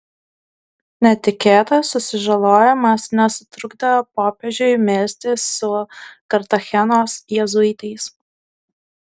netikėtas susižalojimas nesutrukdė popiežiui melstis su kartachenos jėzuitais